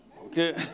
okay